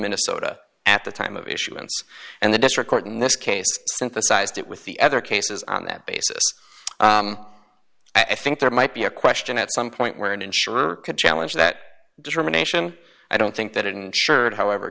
minnesota at the time of issuance and the district court in this case synthesised it with the other cases on that basis i think there might be a question at some point where an insurer could challenge that determination i don't think that insured however